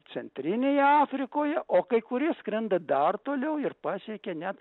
centrinėje afrikoje o kai kurie skrenda dar toliau ir pasiekia net